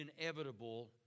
inevitable